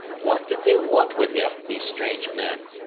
what did they want with him, these strange men?